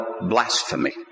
blasphemy